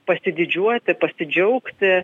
pasididžiuoti pasidžiaugti